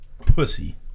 Pussy